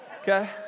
Okay